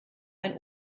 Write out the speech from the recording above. ein